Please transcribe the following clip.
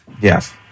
Yes